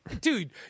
dude